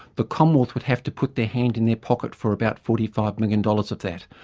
the commonwealth would have to put their hand in their pocket for about forty five million dollars of that.